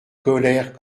colère